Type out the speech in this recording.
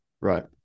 Right